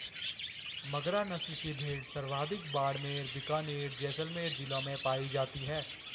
मगरा नस्ल की भेड़ सर्वाधिक बाड़मेर, बीकानेर, जैसलमेर जिलों में पाई जाती है